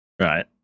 right